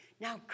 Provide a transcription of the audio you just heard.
Now